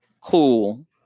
cool